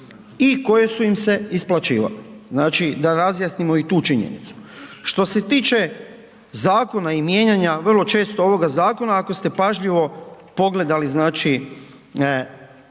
i koje su im se isplaćivale. Znači da razjasnimo i tu činjenicu. Što se tiče zakona i mijenjanja vrlo često ovoga zakona ako ste pažljivo pogledali od '98.